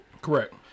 Correct